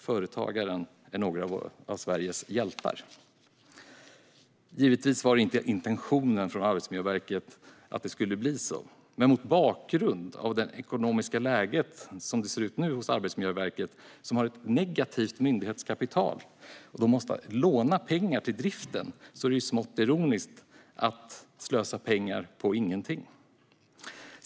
Företagarna är några av Sveriges hjältar. Givetvis var intentionen från Arbetsmiljöverket inte att det skulle bli så. Men mot bakgrund av hur det ekonomiska läget nu ser ut hos Arbetsmiljöverket - man har ett negativt myndighetskapital och måste låna pengar till driften - är det smått ironiskt att man slösar pengar på ingenting.